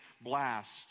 blast